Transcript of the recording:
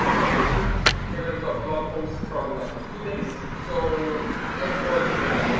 for patreons we're gonna do a blog post probably like in two days. so everyone that's um a